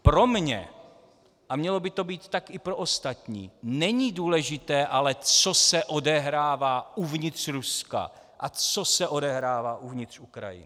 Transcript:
Pro mě a mělo by to být tak i pro ostatní není ale důležité, co se odehrává uvnitř Ruska a co se odehrává uvnitř Ukrajiny.